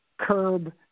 curb